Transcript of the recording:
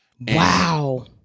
Wow